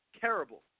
Terrible